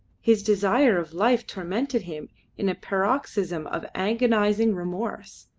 his desire of life tormented him in a paroxysm of agonising remorse.